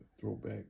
throwback